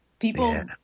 people